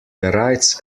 bereits